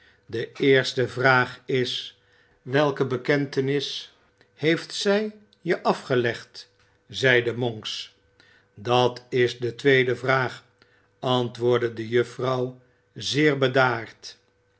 de eerste vraag is welke bekentenis heeft zij je afgelegd zeide monks dat is de tweede vraag antwoordde de juffrouw zeer bedaard